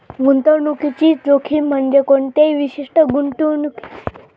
गुंतवणुकीची जोखीम म्हणजे कोणत्याही विशिष्ट गुंतवणुकीवरली अपेक्षित परताव्याच्यो तुलनेत तोटा होण्याची संभाव्यता